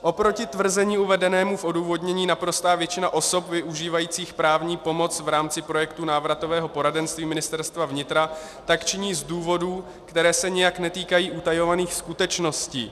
Oproti tvrzení uvedenému v odůvodnění naprostá většina osob využívajících právní pomoc v rámci projektu návratového poradenství Ministerstva vnitra tak činí z důvodů, které se nijak netýkají utajovaných skutečností.